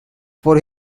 for